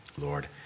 Lord